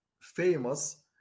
famous